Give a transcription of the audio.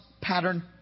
pattern